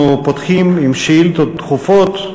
אנחנו פותחים עם שאילתות דחופות.